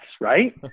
Right